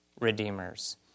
redeemers